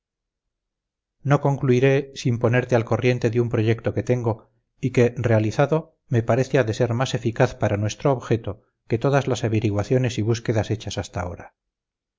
no concluiré sin ponerte al corriente de un proyecto que tengo y que realizado me parece ha de ser más eficaz para nuestro objeto que todas las averiguaciones y búsquedas hechas hasta ahora